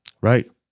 Right